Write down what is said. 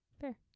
fair